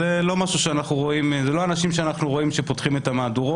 הוא לא אנשים שאנחנו רואים שהם פותחים את המהדורות,